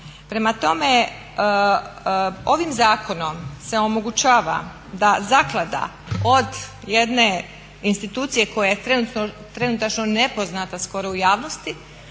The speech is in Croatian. Prema tome, ovim zakonom se omogućava da zaklada od jedne institucije koja je trenutačno nepoznata skoro u javnosti